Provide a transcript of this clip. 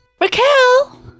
Raquel